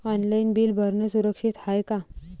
Online bill भरनं सुरक्षित हाय का?